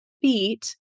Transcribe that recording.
feet